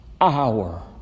hour